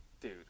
Dude